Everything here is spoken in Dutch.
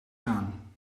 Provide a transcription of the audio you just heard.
gaan